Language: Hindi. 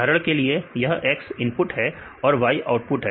उदाहरण के लिए यह X इनपुट है और Y आउटपुट है